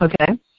Okay